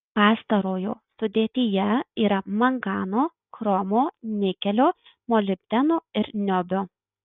pastarojo sudėtyje yra mangano chromo nikelio molibdeno ir niobio